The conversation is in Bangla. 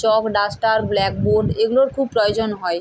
চক ডাস্টার ব্ল্যাকবোর্ড এগুলোর খুব প্রয়োজন হয়